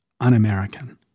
un-American